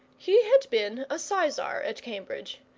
he had been a sizar at cambridge,